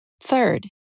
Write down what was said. Third